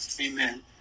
Amen